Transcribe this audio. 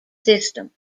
system